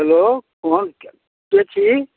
hello कोनके छी